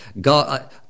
God